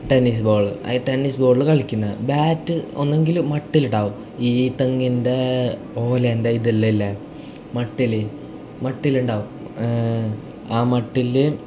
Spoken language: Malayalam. ടെന്നിസ് ബോൾ ഐ ടെന്നിസ് ബോളിൽ കളിക്കുന്ന ബാറ്റ് ഒന്നെങ്കിൽ മട്ടിൽ ഉണ്ടാവും ഈ തെങ്ങിൻ്റെ ഓലേൻ്റെ ഇതെല്ലാം ഇല്ലേ മട്ടിൽ മട്ടിൽ ഉണ്ടാവും ആ മട്ടിലിൽ